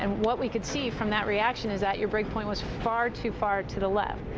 and what we could see from that reaction is that your break point was far too far to the left.